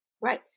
Right